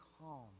calm